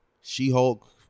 She-Hulk